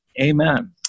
Amen